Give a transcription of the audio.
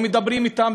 לא מדברים אתם,